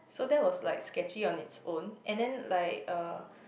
so that was like sketchy on its own and then like uh